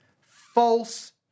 false